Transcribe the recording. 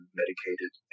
medicated